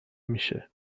میشه